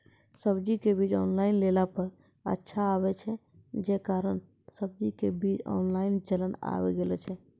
सब्जी के बीज ऑनलाइन लेला पे अच्छा आवे छै, जे कारण सब्जी के बीज ऑनलाइन चलन आवी गेलौ छै?